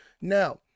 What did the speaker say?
Now